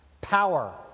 Power